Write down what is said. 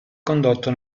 condotto